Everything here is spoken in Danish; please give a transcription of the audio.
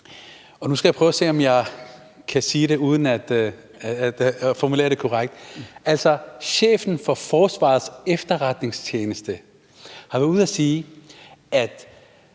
nu skal jeg prøve at se, om jeg kan formulere det korrekt: Chefen for Forsvarets Efterretningstjeneste har været ude at sige, at